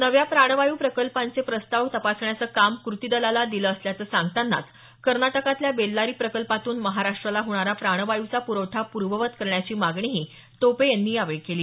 नव्या प्राणवायू प्रकल्पांचे प्रस्ताव तपासण्याचं काम कृती दलाला दिलं असल्याचं सांगतानाच कर्नाटकातल्या बेळ्ळारी प्रकल्पातून महाराष्ट्राला होणारा प्राणवायूचा पुरवठा पूर्ववत करण्याची मागणीही टोपे यांनी यावेळी केली